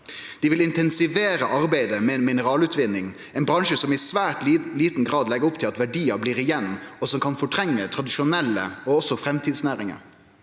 153 vil intensivere arbeidet med mineralutvinning, ein bransje som i svært liten grad legg opp til at verdiar blir igjen, og som kan fortrenge tradisjonelle næringar og framtidsnæringar.